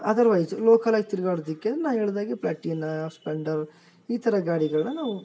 otherwise ಲೋಕಲಾಗಿ ತಿರುಗಾಡ್ದಿಕ್ಕೆ ನಾ ಹೇಳ್ದಾಗೆ ಪ್ಲಾಟೀನ ಸ್ಪ್ಲೆಂಡರ್ ಈ ಥರ ಗಾಡಿಗಳನ್ನ ನಾವು